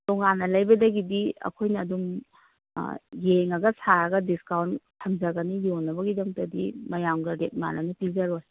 ꯇꯣꯉꯥꯟꯅ ꯂꯩꯕꯗꯒꯤꯗꯤ ꯑꯩꯈꯣꯏꯅ ꯑꯗꯨꯝ ꯌꯦꯡꯉꯒ ꯁꯥꯔꯒ ꯗꯤꯁꯀꯥꯎꯟ ꯊꯝꯖꯒꯅꯤ ꯌꯣꯟꯅꯕꯒꯤꯗꯃꯛꯇꯗꯤ ꯃꯌꯥꯝꯒ ꯔꯦꯠ ꯃꯥꯟꯅꯅ ꯄꯤꯖꯔꯣꯏ